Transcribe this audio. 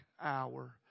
hour